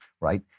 right